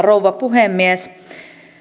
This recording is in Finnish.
rouva puhemies